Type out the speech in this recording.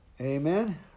Amen